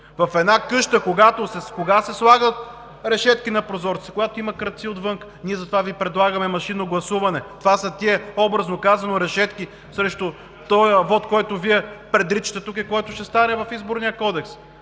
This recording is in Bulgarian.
В една къща кога се слагат решетки на прозорците? Когато има крадци отвън. Ние затова Ви предлагаме машинно гласуване. Това са тези, образно казано, решетки срещу този вот, който Вие предричате тук и който ще стане в Изборния кодекс.